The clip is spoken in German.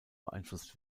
beeinflusst